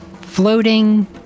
floating